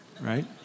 right